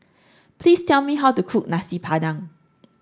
please tell me how to cook Nasi Padang